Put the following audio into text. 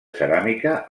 ceràmica